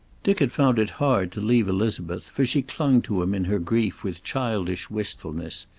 dick had found it hard to leave elizabeth, for she clung to him in her grief with childish wistfulness.